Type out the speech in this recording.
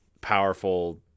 powerful